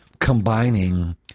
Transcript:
combining